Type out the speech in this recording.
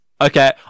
Okay